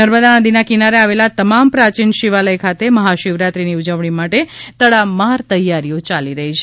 નર્મદા નદીના કિનારે આવેલા તમામ પ્રાચીન શિવાલય ખાતે મહાશિવરાત્રીની ઉજવણી માટે તડામાર તૈયારી ચાલી રહી છે